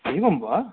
एवं वा